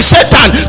Satan